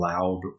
loud